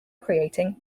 creating